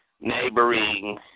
neighboring